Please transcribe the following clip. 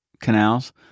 canals